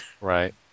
Right